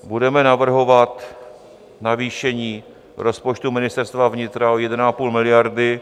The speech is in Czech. Budeme navrhovat navýšení rozpočtu Ministerstva vnitra o 1,5 miliardy...